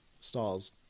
Stars